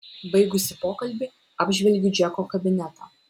baigusi pokalbį apžvelgiu džeko kabinetą